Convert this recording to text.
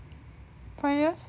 five years